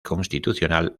constitucional